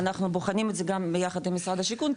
-- אנחנו בוחנים את זה גם ביחד עם משרד השיכון,